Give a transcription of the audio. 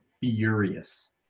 furious